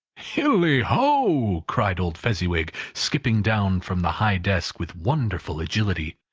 hilli-ho! cried old fezziwig, skipping down from the high desk, with wonderful agility.